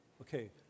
Okay